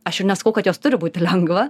aš ir nesakau kad jos turi būti lengva